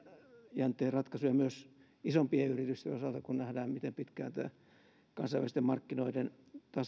aikajänteen ratkaisuja myös isompien yritysten osalta kun nähdään miten pitkään tämä kansainvälisten markkinoiden